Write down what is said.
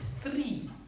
three